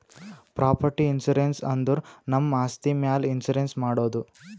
property insurance ಅಂದುರ್ ನಮ್ ಆಸ್ತಿ ಮ್ಯಾಲ್ ಇನ್ಸೂರೆನ್ಸ್ ಮಾಡದು